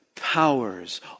Powers